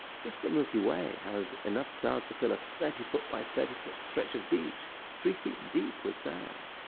just the milky way has enough stars to fill a thirty foot by thirty foot stretch of beach three feet deep with sand.